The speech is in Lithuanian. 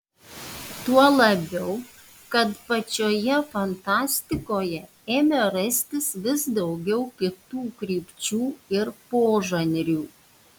tuo labiau kad pačioje fantastikoje ėmė rastis vis daugiau kitų krypčių ir požanrių